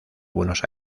buenos